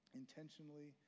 intentionally